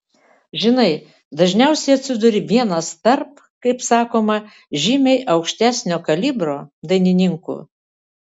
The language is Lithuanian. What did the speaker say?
žinai dažniausiai atsiduri vienas tarp kaip sakoma žymiai aukštesnio kalibro dainininkų